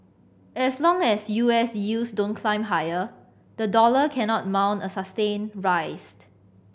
as long as U S yields don't climb higher the dollar cannot mount a sustained rised